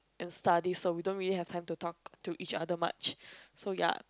and studies so we don't really have time to talk to each other much so ya